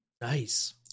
Nice